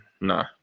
Nah